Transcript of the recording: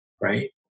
right